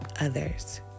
others